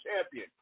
champion